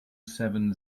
seven